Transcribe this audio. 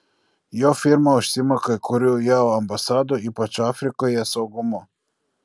jo firma užsiima kai kurių jav ambasadų ypač afrikoje saugumu